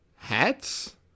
Hats